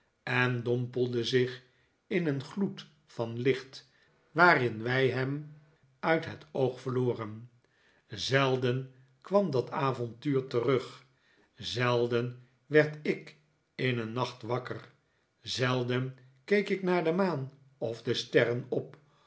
en dompelde zich in een gloed van licht waarin wij hem uit het oog verloren zelden kwam dat avonduur terug zelden werd ik in den nacht wakker zelden keek ik naar de maan of de sterren op